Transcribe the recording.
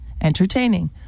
entertaining